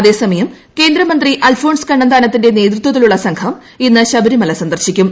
അതേസമയം കേന്ദ്രമന്ത്രി അൽഫോൺസ് കണ്ണന്താനത്തിന്റെ നേതൃത്വത്തിലുള്ള സംഘം ഇന്ന് ശബരിമല സന്ദർശിക്കും